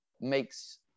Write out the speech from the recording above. makes